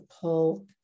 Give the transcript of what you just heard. pull